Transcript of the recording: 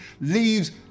leaves